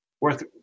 worth